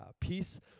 Peace